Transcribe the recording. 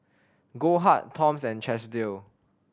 Goldheart Toms and Chesdale